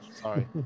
Sorry